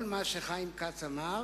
כל מה שחבר הכנסת חיים כץ אמר